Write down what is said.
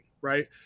right